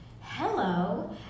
hello